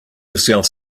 yourself